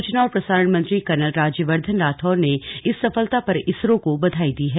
सूचना और प्रसारण मंत्री कर्नल राज्यवर्धन राठौड़ ने इस सफलता पर इसरो को बधाई दी है